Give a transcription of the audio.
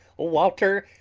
walter,